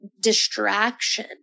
distraction